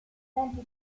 presenti